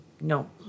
No